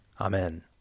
Amen